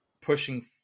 pushing